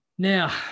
Now